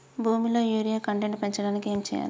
భూమిలో urea content పెంచడానికి ఏం చేయాలి?